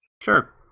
Sure